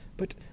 But